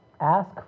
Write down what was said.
Ask